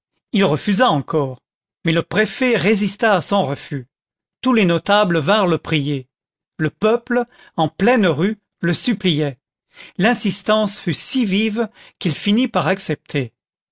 il refusa encore mais le préfet résista à son refus tous les notables vinrent le prier le peuple en pleine rue le suppliait l'insistance fut si vive qu'il finit par accepter